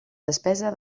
despesa